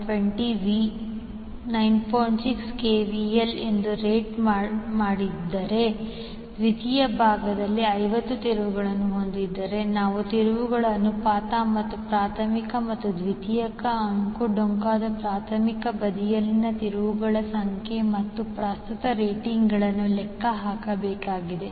6 KVA ಎಂದು rate ಮಾಡಿದ್ದರೆ ದ್ವಿತೀಯ ಭಾಗದಲ್ಲಿ 50 ತಿರುವುಗಳನ್ನು ಹೊಂದಿದ್ದರೆ ನಾವು ತಿರುವುಗಳ ಅನುಪಾತ ಮತ್ತು ಪ್ರಾಥಮಿಕ ಮತ್ತು ದ್ವಿತೀಯಕ ಅಂಕುಡೊಂಕಾದ ಪ್ರಾಥಮಿಕ ಬದಿಯಲ್ಲಿನ ತಿರುವುಗಳ ಸಂಖ್ಯೆ ಮತ್ತು ಪ್ರಸ್ತುತ ರೇಟಿಂಗ್ಗಳನ್ನು ಲೆಕ್ಕ ಹಾಕಬೇಕಾಗಿದೆ